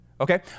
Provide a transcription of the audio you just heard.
Okay